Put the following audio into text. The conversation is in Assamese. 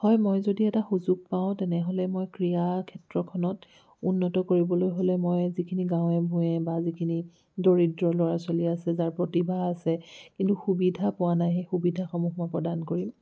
হয় মই যদি এটা সুযোগ পাওঁ তেনেহ'লে মই ক্ৰীয়া ক্ষেত্ৰখনত উন্নত কৰিবলৈ হ'লে মই যিখিনি গাঁৱে ভূঞে বা যিখিনি দৰিদ্ৰ ল'ৰা ছোৱালী আছে যাৰ প্ৰতিভা আছে কিন্তু সুবিধা পোৱা নাই সেই সুবিধাসমূহ মই প্ৰদান কৰিম